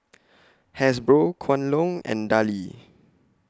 Hasbro Kwan Loong and Darlie